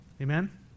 Amen